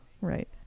Right